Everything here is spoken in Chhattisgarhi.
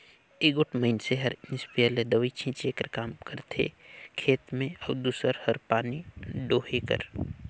एगोट मइनसे हर इस्पेयर ले दवई छींचे कर काम करथे खेत में अउ दूसर हर पानी डोहे कर